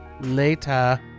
Later